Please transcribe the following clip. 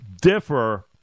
differ